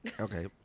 okay